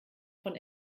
von